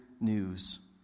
news